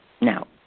Now